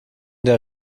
der